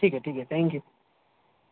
ٹھیک ہے ٹھیک ہے تھینک یو